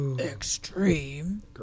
extreme